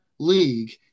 League